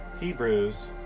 Hebrews